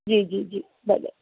जी जी जी भले